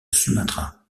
sumatra